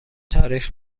تاریخ